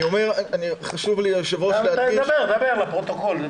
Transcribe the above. דבר, לפרוטוקול.